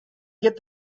get